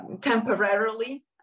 temporarily